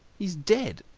he's dead.